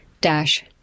dash